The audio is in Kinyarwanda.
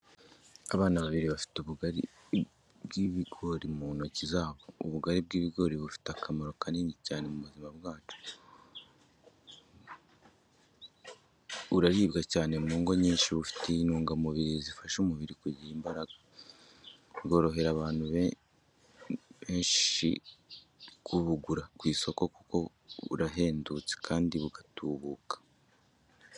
Abana babiri bafite ubugari bw'ibigori mu ntoki zabo. Ubugari bw’ibigori bufite akamaro kanini cyane mu buzima bwacu, buraribwa cyane mu ngo nyinshi, bufite intungamubiri zifasha umubiri kugira imbaraga. Bworohera abantu benshi kubugura ku isoko kuko burahendutse, kandi bugatubuka.